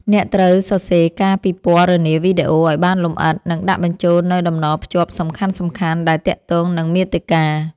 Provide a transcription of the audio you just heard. អ្នកត្រូវសរសេរការពិពណ៌នាវីដេអូ ឱ្យបានលម្អិត និងដាក់បញ្ចូលនូវតំណភ្ជាប់សំខាន់ៗដែលទាក់ទងនឹងមាតិកា។